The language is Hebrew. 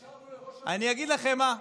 השארנו לראש הממשלה, אני אגיד לכם מה,